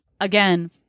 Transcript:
again